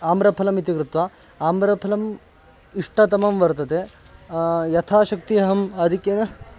आम्रफलमिति कृत्वा आम्रफलम् इष्टतमं वर्तते यथाशक्ति अहम् आधिक्येन